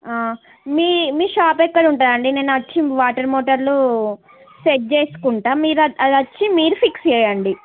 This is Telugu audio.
మీ మీ షాప్ ఎక్కడుంటాదండి నేనొచ్చి వాటర్ మోటర్లు సెట్ చేసుకుంటాం మీరు అదొచ్చి మీరు ఫిక్స్ చెయ్యండి